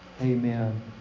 amen